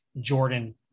Jordan